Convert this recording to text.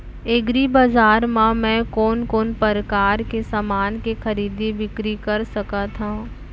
एग्रीबजार मा मैं कोन कोन परकार के समान के खरीदी बिक्री कर सकत हव?